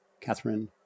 Catherine